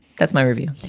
that's my review.